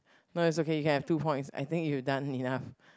no it's okay you can have two points I think you done enough